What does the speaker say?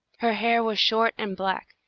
her hair was short and black,